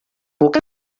puc